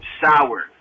sour